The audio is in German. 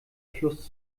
fluss